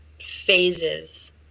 phases